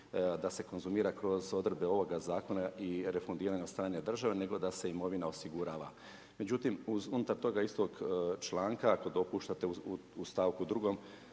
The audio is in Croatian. da se konzumira kroz odredbe ovoga zakona i refundira od strane države, nego da se imovina osigurava. Međutim uz unutar toga istog članka, ako dopuštate u stavku 2.